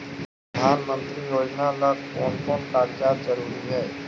प्रधानमंत्री योजना ला कोन कोन कागजात जरूरी है?